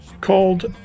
called